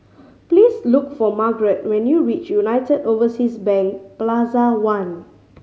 please look for Margret when you reach United Overseas Bank Plaza One